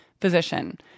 physician